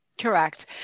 Correct